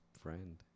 friend